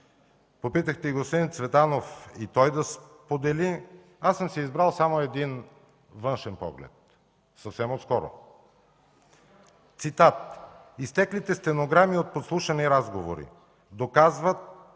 попитахте и господин Цветанов, и той да сподели. Аз съм си избрал само един външен поглед, съвсем отскоро, цитат: „Изтеклите стенограми от подслушвани разговори доказват